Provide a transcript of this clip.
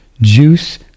juice